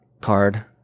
card